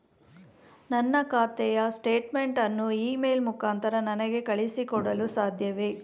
ನನ್ನ ಖಾತೆಯ ಸ್ಟೇಟ್ಮೆಂಟ್ ಅನ್ನು ಇ ಮೇಲ್ ಮುಖಾಂತರ ನನಗೆ ಕಳುಹಿಸಿ ಕೊಡಲು ಸಾಧ್ಯವೇ?